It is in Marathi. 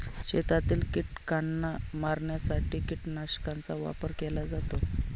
शेतातील कीटकांना मारण्यासाठी कीटकनाशकांचा वापर केला जातो